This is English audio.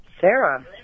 Sarah